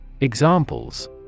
Examples